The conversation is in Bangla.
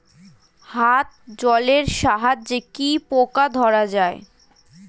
হাত জলের সাহায্যে কি পোকা ধরা যায়?